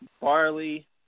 barley